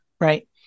Right